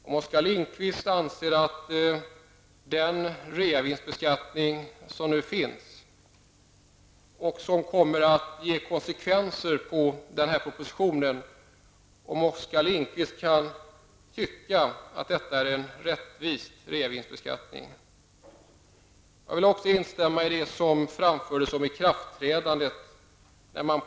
Anser Oskar Lindkvist att den reavinstbeskattning som nu finns -- och som kommer att få konsekvenser på den här propositionen -- är rättvis? Jag vill även instämma i det som framfördes när det gäller ikraftträdandet.